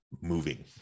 moving